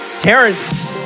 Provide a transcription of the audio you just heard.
Terrence